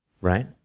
right